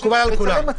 מקובל על כולם.